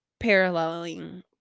Paralleling